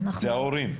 זה ההורים.